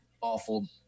awful